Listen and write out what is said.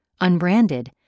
unbranded